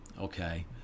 okay